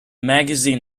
magazine